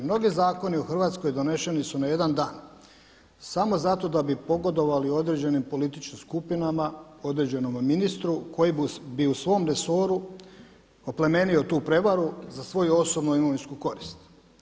Mnogi zakoni u Hrvatskoj donošeni su na jedan dan samo zato da bi pogodovali određenim političkim skupinama, određenom ministru koji bi u svom resoru oplemenio tu prevaru za svoju osobnu imovinsku korist.